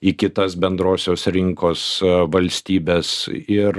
į kitas bendrosios rinkos valstybes ir